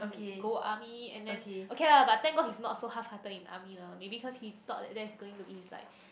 go army and then okay lah but thank god he's not so halfhearted in army lah maybe cause he thought that that's gonna be his like